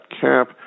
cap